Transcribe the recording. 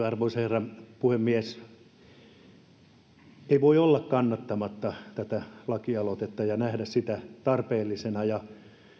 arvoisa herra puhemies ei voi olla kannattamatta tätä lakialoitetta ja näkemättä sitä tarpeellisena ja